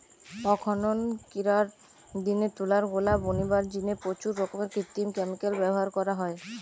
অখনকিরার দিনে তুলার গোলা বনিবার জিনে প্রচুর রকমের কৃত্রিম ক্যামিকাল ব্যভার করা হয়